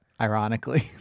ironically